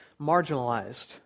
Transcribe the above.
marginalized